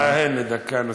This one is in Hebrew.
הינה, דקה נוספת.